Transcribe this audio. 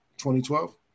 2012